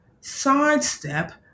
sidestep